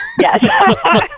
yes